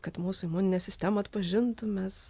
kad mūsų imuninė sistema atpažintų mes